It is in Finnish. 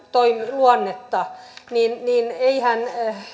luonnetta niin niin eihän